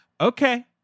okay